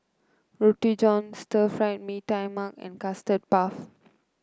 Roti John Stir Fry Mee Tai Mak and Custard Puff